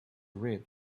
read